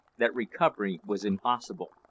that recovery was impossible.